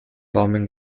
warmen